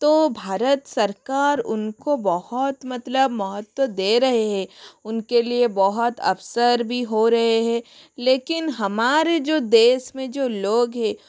तो भारत सरकार उनको बहुत मतलब महत्व दे रहे हैं उनके लिए बहुत अवसर भी हो रहें हैं हैं लेकिन हमारे जो देश में जो लोग हैं